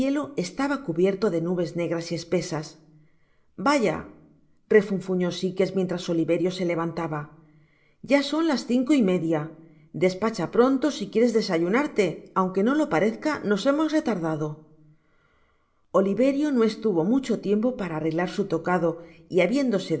estaba cubierto de nubes negras y espesas vaya refunfuñó sikes mientras oliverio se levantaba ya son las cinco y media despacha pronto si quieres desayunarte aunque no lo parezca nos hemos retardado oliverio no estuvo mucho tiempo para arreglar su tocado y habiéndose